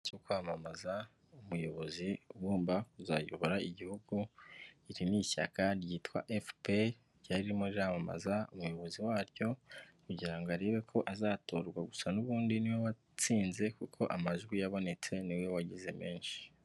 Kwamamaza umuyobozi ugomba kuzayobora igihugu iri ni ishyaka ryitwa FPR, ryarimo ryamamaza umuyobozi waryo kugira ngo arebe ko azatorwa gusa n'ubundi niwe watsinze kuko amajwi yabonetse niwe wagize menshi.